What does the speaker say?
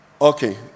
Okay